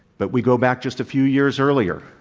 but we go back just a few years earlier,